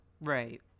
Right